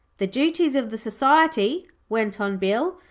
the duties of the society went on bill,